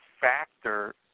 factor